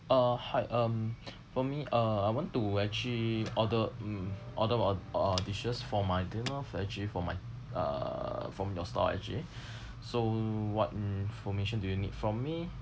uh hi um for me uh I want to actually order mm order order uh uh dishes for my dinner for actually for my uh from your store actually so what information do you need from me